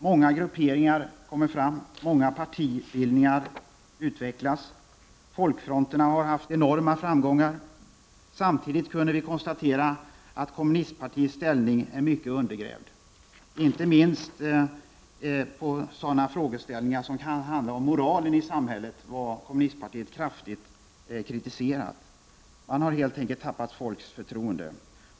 Många grupperingar kommer fram, och många partibildningar utvecklas. Folkfronterna har haft enorma framgångar. Samtidigt kunde vi konstatera att kommunistpartiets ställning är mycket undergrävd. Inte minst när det gäller frågor om moralen i samhället kritiserar man kraftigt kommunistpartiet. Partiet har helt förlorat förtroendet hos folk.